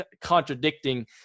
contradicting